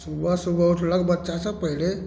सुबह सुबह उठलक बच्चासभ पहिले